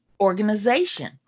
organization